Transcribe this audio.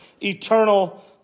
eternal